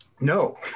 No